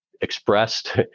expressed